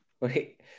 Wait